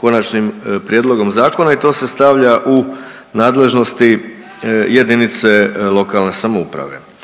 Konačnim prijedlogom zakona i to se stavlja u nadležnosti JLS. Nadalje, uvodi se